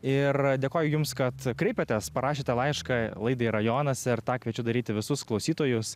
ir dėkoju jums kad kreipėtės parašėte laišką laidai rajonas ir tą kviečiu daryti visus klausytojus